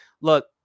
Look